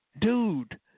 dude